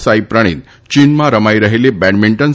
સાઈપ્રણિત ચીનમાં રમાઈ રહેલી બેડમિન્ટન